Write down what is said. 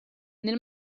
nel